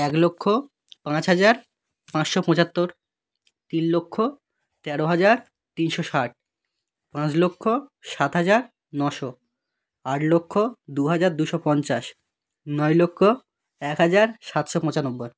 এক লক্ষ পাঁচ হাজার পাঁচশো পঁচাত্তর তিন লক্ষ তেরো হাজার তিনশো ষাট পাঁচ লক্ষ সাত হাজার নশো আট লক্ষ দু হাজার দুইশো পঞ্চাশ নয় লক্ষ এক হাজার সাতশো পঁচানব্বই